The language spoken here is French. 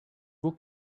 beau